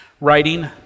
writing